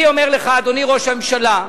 אני אומר לך, אדוני ראש הממשלה,